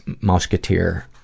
musketeer